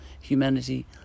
Humanity